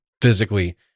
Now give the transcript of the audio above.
physically